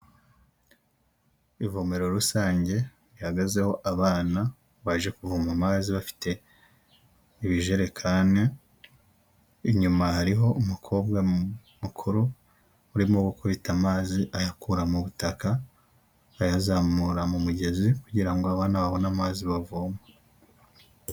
Ivomero rusange rihagazeho abana baje kuvoma amazi bafite ibijerekani, inyuma hariho umukobwa mukuru urimo gukubita amazi ayakura mu butaka ayazamura mu mugezi kugira ngo abana babone amazi bavoma.